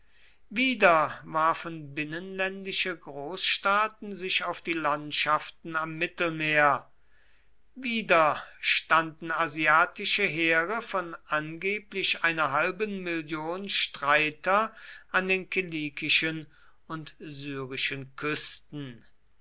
wieder warfen binnenländische großstaaten sich auf die landschaften am mittelmeer wieder standen asiatische heere von angeblich einer halben million streiter an den kilikischen und syrischen küsten